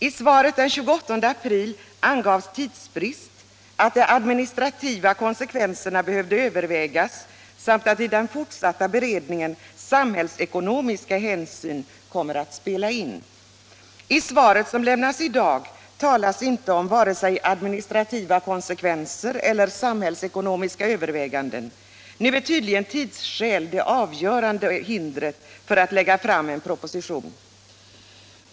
I svaret den 28 april angavs att det var tidsbrist, att de administrativa konsekvenserna behövde övervägas samt att i den fortsatta beredningen samhällsekonomiska hänsyn kommer att spela in. I det svar som lämnas i dag talas inte om vare sig administrativa konsekvenser eller samhällsekonomiska överväganden. Nu är tydligen tidsskäl det avgörande hindret för att en proposition skall kunna läggas fram.